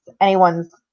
Anyone's